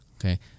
okay